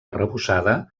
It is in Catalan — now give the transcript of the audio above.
arrebossada